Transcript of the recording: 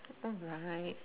alright